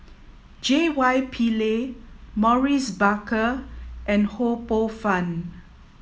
J Y Pillay Maurice Baker and Ho Poh Fun